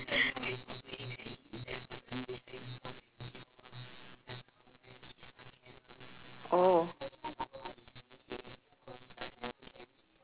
oh